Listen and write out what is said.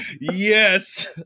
Yes